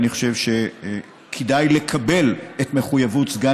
אני חושב שכדאי לקבל את מחויבות סגן